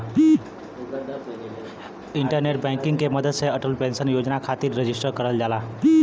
internet banking के मदद से अटल पेंशन योजना खातिर रजिस्टर करल जाला